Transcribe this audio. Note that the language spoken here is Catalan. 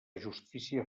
justícia